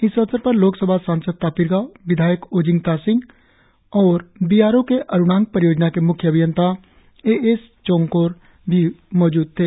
इस अवसर पर लोकसभा सांसद तापिर गाव विधायक ओजिंग तासिंग और बी आर ओ के अरुणांक परीयोजना के म्ख्य अभियंता ए एसचोनकोर भी मौजूद थे